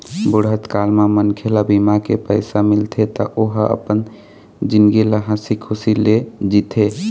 बुढ़त काल म मनखे ल बीमा के पइसा मिलथे त ओ ह अपन जिनगी ल हंसी खुसी ले जीथे